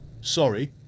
Sorry